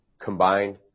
combined